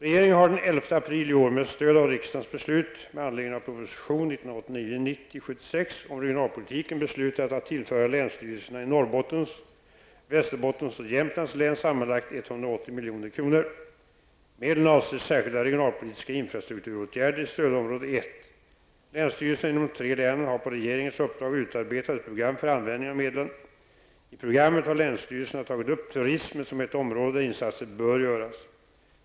Regeringen har den 11 april i år, med stöd av riksdagens beslut med anledning av prop. Länsstyrelserna i de tre länen har på regeringens uppdrag utarbetat ett program för användningen av medlen. I programmet har länsstyrelserna tagit upp turismen som ett område där insatser bör göras.